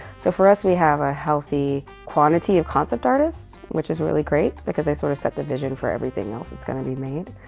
so for us, we have a healthy quantity of concept artists, which is really great because they sort of set the vision for everything else that's going to be made.